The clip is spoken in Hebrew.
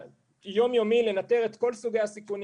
יום-יומי לנטר את כל סוגי הסיכונים.